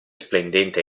splendente